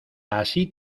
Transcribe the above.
así